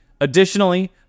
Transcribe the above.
Additionally